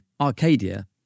Arcadia